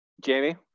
Jamie